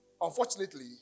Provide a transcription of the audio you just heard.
Unfortunately